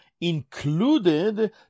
included